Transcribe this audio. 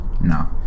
No